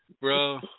bro